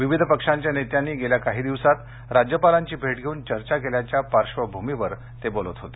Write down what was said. विविध पक्षाच्या नेत्यांनी गेल्या काही दिवसात राज्यपालांची भेट घेऊन चर्चा केल्याच्या पार्श्वभूमीवर ते बोलत होते